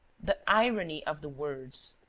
the irony of the words!